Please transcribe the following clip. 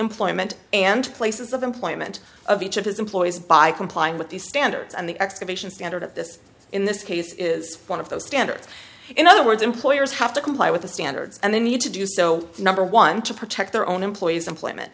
employment and places of employment of each of his employees by complying with these standards and the excavation standard at this in this case is one of those standards in other words employers have to comply with the standards and they need to do so number one to protect their own employees employment